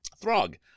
Throg